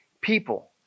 people